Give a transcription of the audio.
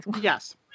Yes